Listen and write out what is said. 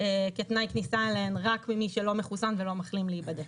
כתנאי כניסה אליהן רק ממי שלא מחוסן ולא מחלים להיבדק,